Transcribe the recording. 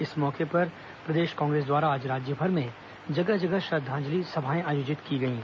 इस अवसर पर प्रदेश कांग्रेस द्वारा आज राज्यभर में जगह जगह श्रद्वांजलि सभाएं आयोजित की गईं